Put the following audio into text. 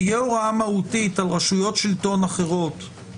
תהיה הוראה מהותית על רשויות ציבור אחרות